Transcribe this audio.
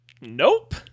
Nope